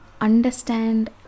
understand